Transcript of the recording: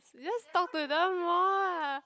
you just talk to them more ah